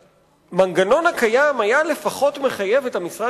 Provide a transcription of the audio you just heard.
המנגנון הקיים היה לפחות מחייב את המשרד